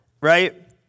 right